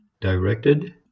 directed